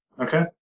Okay